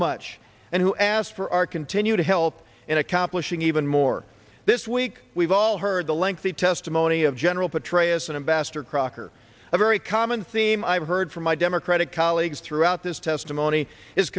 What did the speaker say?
much and who asked for our continued help in accomplishing even more this week we've all heard the lengthy testimony of general petraeus and ambassador crocker a very common theme i've heard from my democratic colleagues through at this testimony is